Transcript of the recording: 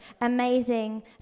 amazing